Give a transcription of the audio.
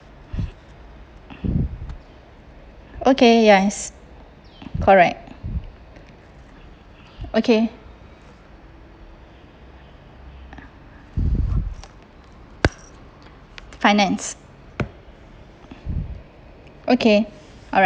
okay yes correct okay finance okay alright